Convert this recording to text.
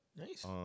Nice